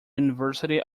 university